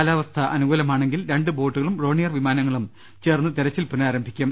കാലാവസ്ഥ അനുകൂലമാണെങ്കിൽ രണ്ട് ബോട്ടുകളും ഡോണിയർ വി മാനങ്ങളും ചേർന്ന് തിരച്ചിൽ പുനരാരംഭിക്കും